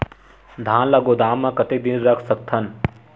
धान ल गोदाम म कतेक दिन रख सकथव?